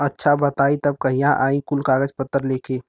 अच्छा बताई तब कहिया आई कुल कागज पतर लेके?